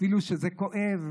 אפילו שזה כואב.